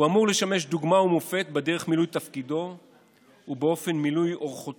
הוא אמור לשמש דוגמה ומופת בדרך מילוי תפקידו ובאופן מילוי אורחות